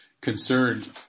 concerned